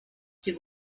sie